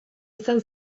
izan